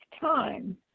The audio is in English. time